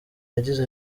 yagize